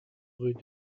rue